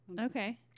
Okay